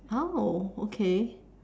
oh okay